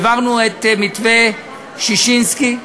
העברנו את מתווה ששינסקי,